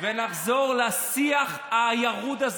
ונחזור לשיח הירוד הזה,